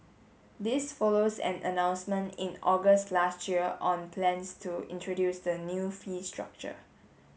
this follows an announcement in August last year on plans to introduce the new fee structure